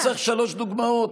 לא צריך שלוש דוגמאות,